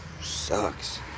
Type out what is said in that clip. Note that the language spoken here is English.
Sucks